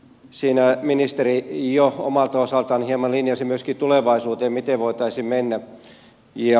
siinä ministeri jo omalta osaltaan hieman linjasi myöskin tulevaisuuteen miten voitaisiin mennä